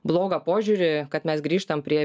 blogą požiūrį kad mes grįžtam prie